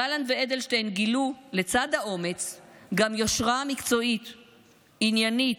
גלנט ואדלשטיין גילו לצד האומץ גם יושרה מקצועית עניינית,